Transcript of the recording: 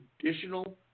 traditional